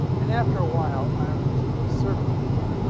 and after a while, i was a serviceable one,